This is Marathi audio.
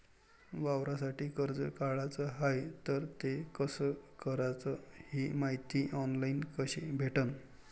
वावरासाठी कर्ज काढाचं हाय तर ते कस कराच ही मायती ऑनलाईन कसी भेटन?